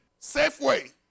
Safeway